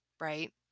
right